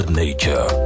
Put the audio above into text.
nature